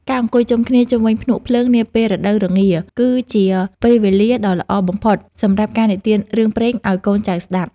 ការអង្គុយជុំគ្នាជុំវិញភ្នក់ភ្លើងនាពេលរដូវរងារ គឺជាពេលវេលាដ៏ល្អបំផុតសម្រាប់ការនិទានរឿងព្រេងឱ្យកូនចៅស្ដាប់។